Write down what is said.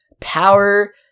power